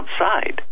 outside